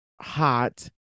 hot